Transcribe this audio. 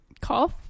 Cough